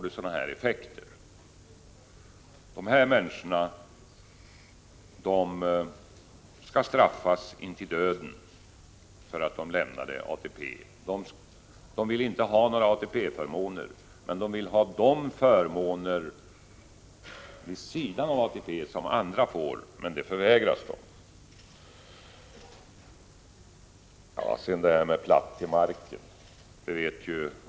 De här människorna skall straffas intill döden för att de lämnade ATP-systemet. De vill inte ha några ATP-förmåner, men de vill ha de förmåner vid sidan av ATP som andra får, men det förvägras dem. Sedan beträffande uttrycket platt till marken.